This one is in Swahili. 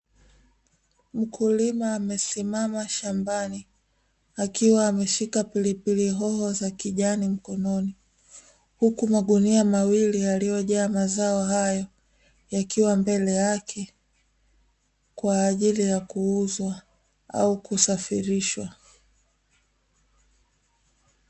Mkulima amesimama shambani akiwa ameshika pilipili hoho za kijani mkononi huku magunia mawili yaliyojaa mazao hayo yakiwa mbele yake kwa ajili ya kuuzwa au kusafirishwa.